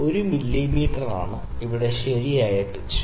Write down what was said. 1 മില്ലീമീറ്ററാണ് ഇവിടെ ശരിയായ പിച്ച്